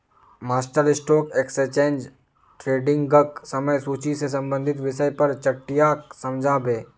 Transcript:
master stock exchange ट्रेडिंगक समय सूची से संबंधित विषय पर चट्टीयाक समझा बे